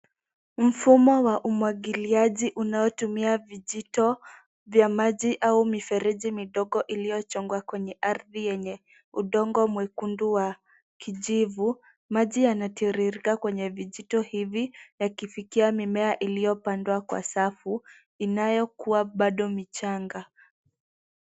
Mfumo wa umwangiliaji unaotumia vijito vya maji au mifereji midogo iliyochongwa kwenye ardhi yenye udongo mwekundu wa kijivu. Maji yanatitirika kwenye vijito hivi yakifikia mimea iliyopandwa kwa safu inayokua bado michanga.